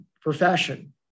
profession